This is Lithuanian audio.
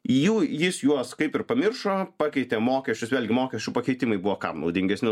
jų jis juos kaip ir pamiršo pakeitė mokesčius vėlgi mokesčių pakeitimai buvo kam naudingesni